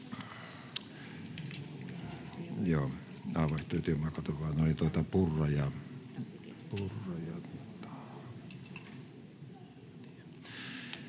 Kiitos.